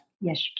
Yes